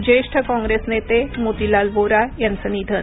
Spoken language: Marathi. ज्येष्ठ काँग्रेस नेते मोतीलाल वोरा यांचं निधन